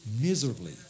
miserably